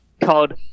called